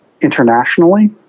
internationally